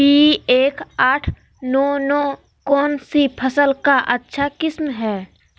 P एक आठ नौ नौ कौन सी फसल का अच्छा किस्म हैं?